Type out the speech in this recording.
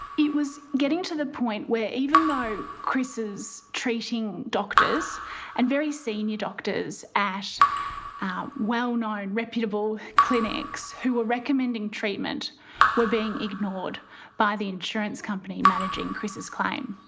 it was getting to the point where even though chris's treating doctors and very senior doctors at well-known, reputable clinics who were recommending treatment were being ignored by the insurance company managing chris's claim.